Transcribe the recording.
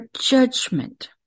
judgment